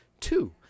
Two